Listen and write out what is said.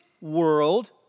world